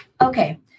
Okay